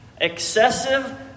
Excessive